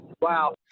Wow